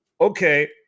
okay